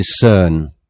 discern